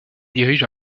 dirige